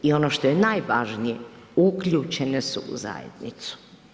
I ono što je najvažnije, uključene su u zajednicu.